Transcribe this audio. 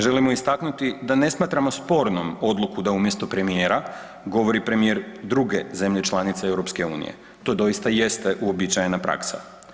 Želimo istaknuti da ne smatramo spornom odluku da umjesto premijera govori premijer druge zemlje članice EU to doista jeste uobičajena praksa.